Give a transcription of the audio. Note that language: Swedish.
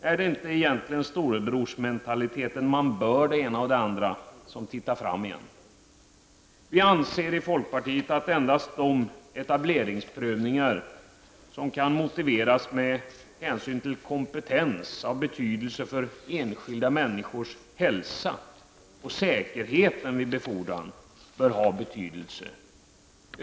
Är det egentligen inte storebrorsmentaliteten ''man bör'' det ena och det andra som tittar fram igen? Vi anser i folkpartiet att endast de etableringsprövningar som kan motiveras med hänsyn till kompetens av betydelse för enskilda människors hälsa och säkerheten vid befordran bör ha betydelse.